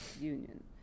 union